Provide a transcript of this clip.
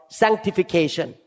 sanctification